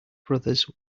brothers